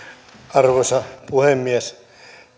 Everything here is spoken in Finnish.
arvoisa puhemies